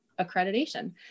accreditation